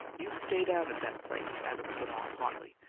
you stay down at that place, adams went on, hotly,